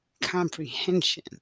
comprehension